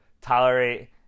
tolerate